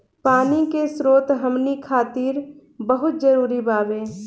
पानी के स्रोत हमनी खातीर बहुत जरूरी बावे